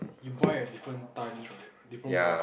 you buy at different time right different price